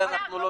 זה אנחנו לא שם.